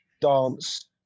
dance